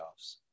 playoffs